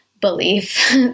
belief